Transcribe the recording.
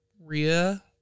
RIA